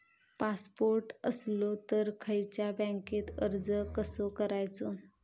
Passport असलो तर खयच्या बँकेत अर्ज कसो करायचो?